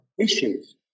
issues